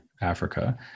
Africa